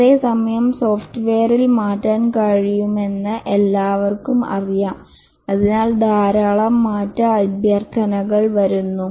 അതേസമയം സോഫ്റ്റ്വെയർ മാറ്റാൻ കഴിയുമെന്ന് എല്ലാവർക്കും അറിയാം അതിനാൽ ധാരാളം മാറ്റ അഭ്യർത്ഥനകൾ വരുന്നു